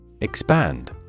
Expand